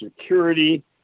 Security